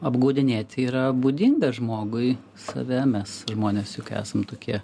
apgaudinėti yra būdinga žmogui save mes žmonės juk esam tokie